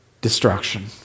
destruction